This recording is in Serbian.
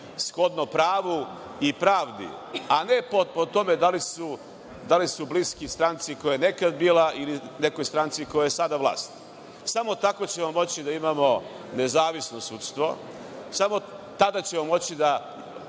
shodno pravu i pravdi, a ne po tome da li su bliski stranci koja je nekad bila ili nekoj stranci koja je sada vlast. Samo tako ćemo moći da imamo nezavisno sudstvo, samo tada ćemo moći da